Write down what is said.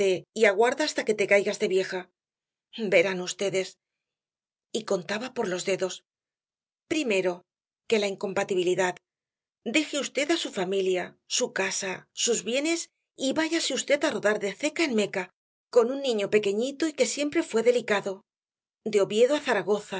y aguarda hasta que te caigas de vieja verán vds y contaba por los dedos primero que la incompatibilidad deje v su familia su casa sus bienes y váyase v á rodar de zeca en meca con un niño pequeñito y que siempre fué delicado de oviedo á zaragoza